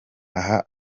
aha